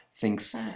thinks